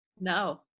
no